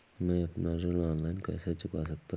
मैं अपना ऋण ऑनलाइन कैसे चुका सकता हूँ?